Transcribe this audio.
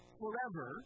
forever